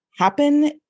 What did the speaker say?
Happen